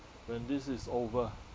when this is over